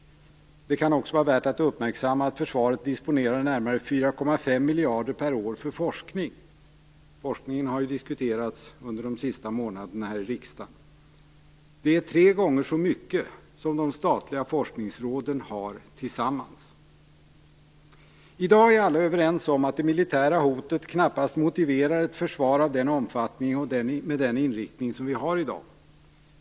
Det kan också vara värt att uppmärksamma att försvaret disponerar närmare 4,5 miljarder per år för forskning. Forskningen har ju diskuterats under de senaste månaderna i riksdagen. Det är tre gånger så mycket som de statliga forskningsråden har tillsammans. I dag är alla överens om att det militära hotet knappast motiverar ett försvar av den omfattning och den inriktning som vi i dag har.